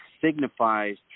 signifies